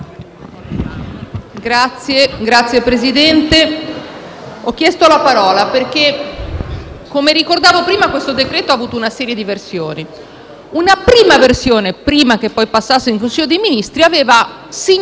Signor Presidente, ho chiesto di intervenire perché, come ricordavo prima, questo decreto-legge ha avuto una serie di versioni. Una prima versione, prima che passasse in Consiglio dei Ministri, aveva significative